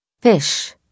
fish